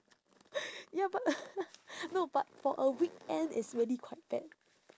ya but no but for a weekend it's really quite bad